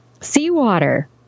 Seawater